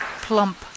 Plump